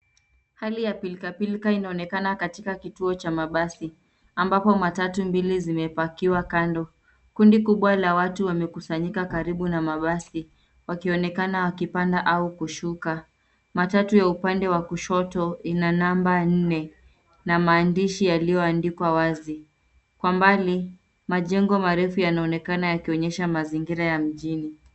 Hali ya pilka pilka inaonekana katika kituo cha mabasi, ambapo matatu mbili zimepakiwa kando. Kundi kubwa la watu wamekusanyika karibu na mabasi, wakionekana wakipanda au kushuka. Matatu ya upande wa kushoto ina namba nne na maandishi yaliyoandikwa wazi. Kwa mbali, majengo marefu yanaonekana yakionyesha mazingira ya mjini.